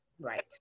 Right